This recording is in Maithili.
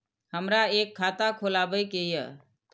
हमरा एक खाता खोलाबई के ये?